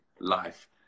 life